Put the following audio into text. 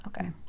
okay